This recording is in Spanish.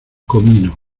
comino